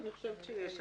אני חושבת שיש.